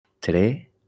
Today